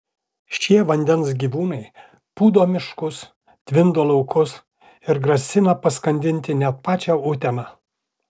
šie vandens gyvūnai pūdo miškus tvindo laukus ir grasina paskandinti net pačią uteną